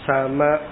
Sama